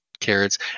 carrots